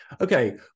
okay